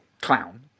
clown